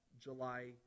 July